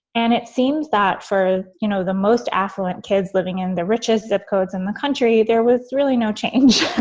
and it seems that for you know the most affluent kids living in the richest zip codes in the country, there was really no change.